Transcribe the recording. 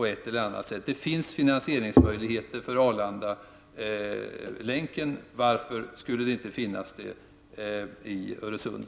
Det finns ju finansieringsmöjligheter när det gäller Arlandalänken. Varför skulle det inte finnas sådana möjligheter när det gäller Öresund?